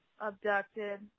abducted